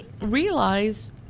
realize